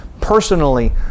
personally